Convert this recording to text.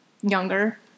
younger